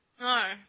No